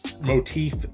motif